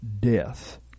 death